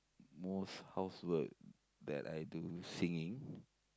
most housework that I do singing